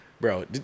bro